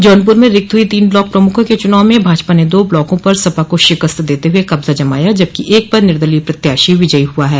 जौनपुर में रिक्त हुई तीन ब्लॉक प्रमुखों के चुनाव में भाजपा न दो ब्लॉकों पर सपा को शिकस्त देते हुए कब्जा जमाया जबकि एक पर निर्दलीय प्रत्याशी विजयी हुआ है